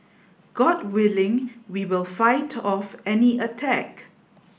god willing we will fight off any attack